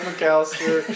McAllister